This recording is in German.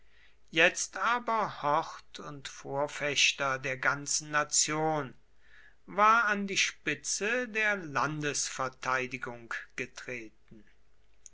jetzt aber hort und vorfechter der ganzen nation war an die spitze der landesverteidigung getreten